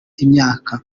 imyaka